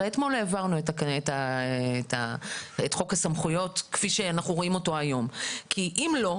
הרי אתמול העברנו את חוק הסמכויות כפי שאנחנו רואים אותו היום כי אם לא,